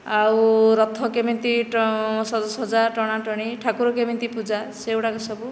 ଆଉ ରଥ କେମିତି ସଜା ଟଣାଟଣି ଠାକୁର କେମିତି ପୂଜା ସେଗୁଡ଼ାକ ସବୁ